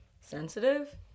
sensitive